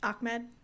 Ahmed